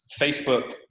Facebook